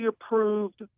approved